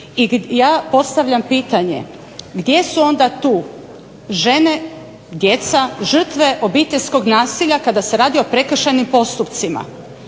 i ja postavljam pitanje gdje su onda tu žene, djeca žrtve obiteljskog nasilja kada se radi o prekršajnim postupcima.